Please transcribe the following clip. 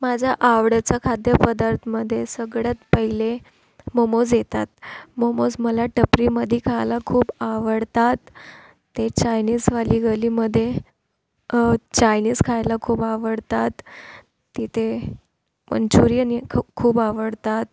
माझा आवडीचा खाद्यपदार्थमध्ये सगळ्यात पहिले मोमोज येतात मोमोज मला टपरीमध्ये खायला खूप आवडतात ते चायनिजवाली गलीमध्ये चायनिज खायला खूप आवडतात तिथे मंचुरियन खूप खूप आवडतात